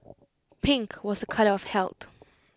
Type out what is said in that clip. pink was A colour of health